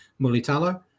Mulitalo